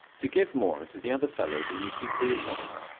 to give more to the other fellow than you keep for yourself,